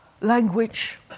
language